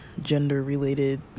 gender-related